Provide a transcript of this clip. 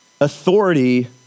Authority